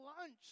lunch